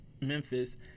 Memphis